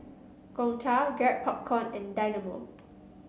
Gongcha Garrett Popcorn and Dynamo